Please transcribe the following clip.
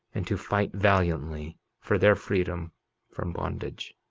and to fight valiantly for their freedom from bondage.